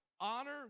honor